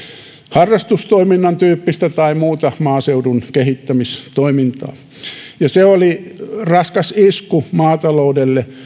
harrastustoiminnan tyyppistä tai muuta maaseudun kehittämistoimintaa ja se oli raskas isku maataloudelle